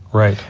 right.